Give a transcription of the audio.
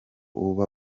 uba